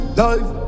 life